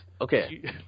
Okay